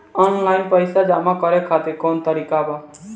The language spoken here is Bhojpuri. आनलाइन पइसा जमा करे खातिर कवन तरीका बा?